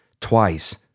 twice